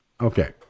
Okay